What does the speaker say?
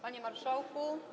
Panie Marszałku!